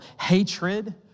hatred